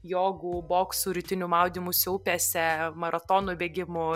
jogų boksų rytinių maudymųsi upėse maratonų bėgimų